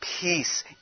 peace